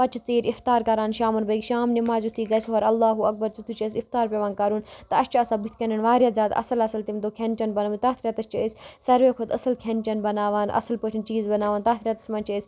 پَتہٕ چھِ ژیٖرۍ اِفطار کَران شامَن بٲگۍ شام نِماز یُتھُے گژھِ ہورٕ اللہُ اکبر تِتھُے چھِ اَسہِ اِفطار پٮ۪وان کَرُن تہٕ اَسہِ چھُ آسان بٕتھِ کَنٮ۪ن واریاہ زیادٕ اَصٕل اَصٕل تَمہِ دۄہ کھٮ۪ن چٮ۪ن بنوومُت تَتھ رٮ۪تَس چھِ أسۍ سارویو کھۄتہٕ أصٕل کھٮ۪ن چٮ۪ن بَناوان اَصٕل پٲٹھۍ چیٖز بَناوان تَتھ رٮ۪تَس منٛز چھِ أسۍ